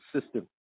system